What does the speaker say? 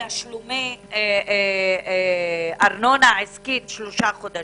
מתשלומי ארנונה עסקית שלושה חודשים,